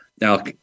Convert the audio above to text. Now